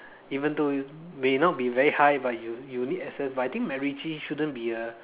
even though may not be very high but you you need access but I think macritchie shouldn't be a